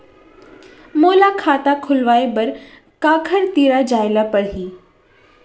मोला खाता खोलवाय बर काखर तिरा जाय ल परही?